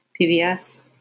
PBS